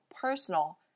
personal